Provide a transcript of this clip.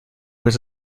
was